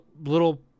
little